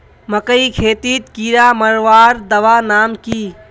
मकई खेतीत कीड़ा मारवार दवा नाम की?